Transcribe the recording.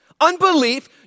Unbelief